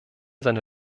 seine